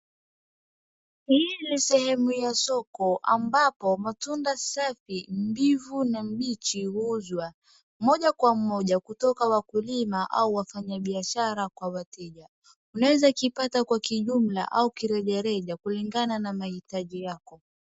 Hii sehemu ya soko ambapo matunda safi, mbivu na mbichi huzwa moja kwa moja kutoka wakulima au wafanya biashara kwa wateja. Unaeza kipata kwa kijumla au kirejareja kulingana na mahitaji yako.